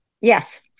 yes